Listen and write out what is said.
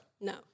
No